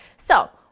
so,